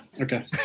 okay